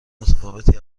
متفاوتی